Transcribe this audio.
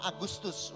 Agustus